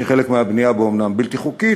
שחלק מהבנייה בו אומנם בלתי חוקית,